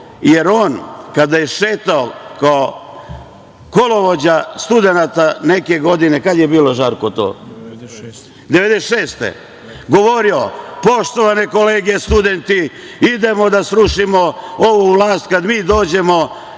jer on kada je šetao kao kolovođa studenata neke godine, 1996. godine, govorio - poštovane kolege studenti, idemo da srušimo ovu vlast, kad mi dođemo,